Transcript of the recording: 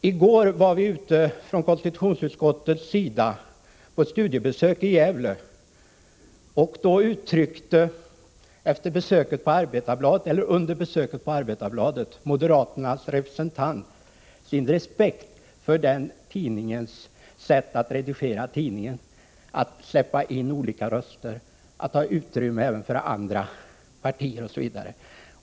I går gjorde konstitutionsutskottet studiebesök i Gävle, och under ett besök på Arbetarbladet uttryckte moderaternas representant sin respekt för det sätt på vilket man redigerade den tidningen, dvs. att man lät oliktänkande komma till tals, lämnade utrymme för även andra partier, osv.